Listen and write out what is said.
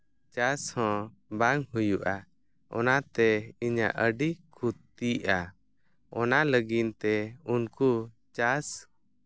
ᱪᱟᱥ ᱦᱚᱸ ᱵᱟᱝ ᱦᱩᱭᱩᱜᱼᱟ ᱚᱱᱟᱛᱮ ᱤᱧᱟᱹᱜ ᱟᱹᱰᱤ ᱠᱷᱩᱛᱤᱜᱼᱟ ᱚᱱᱟ ᱞᱟᱹᱫᱤ ᱛᱮ ᱩᱱᱠᱩ ᱪᱟᱥ